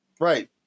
Right